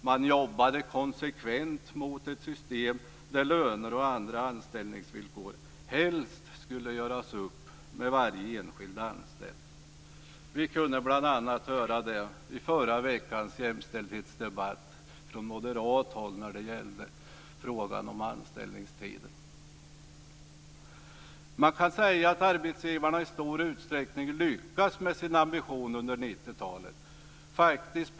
Man jobbade konsekvent mot ett system där löner och andra anställningsvillkor helst skulle göras upp med varje enskild anställd. Detta kunde vi bl.a. höra från moderat håll i förra veckans jämställdhetsdebatt när det gällde frågan om anställningstiden. Man kan säga att arbetsgivarna i stor utsträckning lyckats med sin ambition under 90-talet.